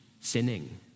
sinning